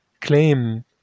claim